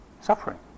suffering